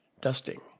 dusting